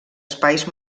espais